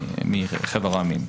מחבר העמים.